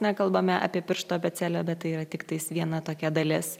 nekalbame apie pirštų abėcėlę bet tai yra tiktais viena tokia dalis